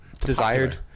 desired